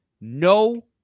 no